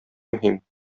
мөһим